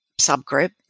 subgroup